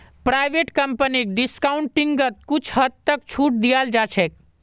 private कम्पनीक डिस्काउंटिंगत कुछ हद तक छूट दीयाल जा छेक